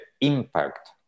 impact